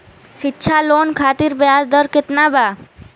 शिक्षा लोन खातिर ब्याज दर केतना बा?